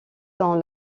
dans